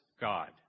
God